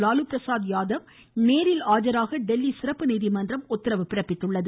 லாலு பிரசாத் யாதவ் நேரில் ஆஜராக டெல்லி சிறப்பு நீதிமன்றம் உத்தரவு பிறப்பித்துள்ளது